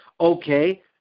Okay